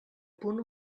punt